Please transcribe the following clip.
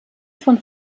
von